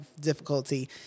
difficulty